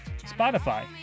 Spotify